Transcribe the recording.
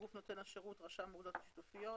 הגוף נותן השירות הוא רשם האגודות השיתופיות.